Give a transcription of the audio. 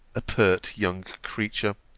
a pert young creature,